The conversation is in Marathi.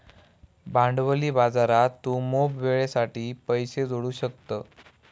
भांडवली बाजारात तू मोप वेळेसाठी पैशे जोडू शकतं